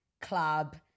club